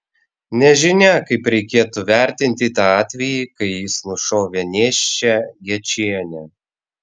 nežinia kaip reikėtų vertinti tą atvejį kai jis nušovė nėščią gečienę